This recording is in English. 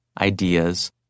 ideas